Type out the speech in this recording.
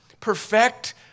perfect